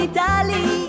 Italy